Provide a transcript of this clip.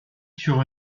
sur